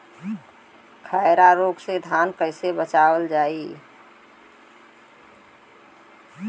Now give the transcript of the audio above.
खैरा रोग से धान कईसे बचावल जाई?